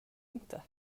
inte